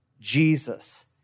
Jesus